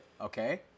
Okay